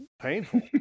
Painful